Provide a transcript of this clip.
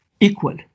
equal